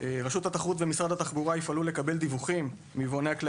רשות התחרות ומשרד התחבורה יפעלו לקבלת דיווחים מיבואני כלי